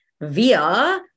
via